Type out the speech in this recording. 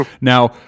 Now